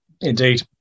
indeed